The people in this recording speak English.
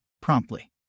Promptly